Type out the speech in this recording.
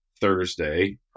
Thursday